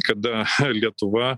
kada lietuva